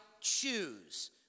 Choose